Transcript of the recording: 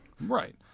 Right